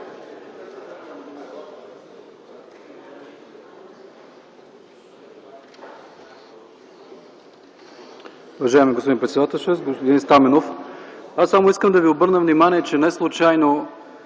аз само искам да Ви обърна внимание, че неслучайно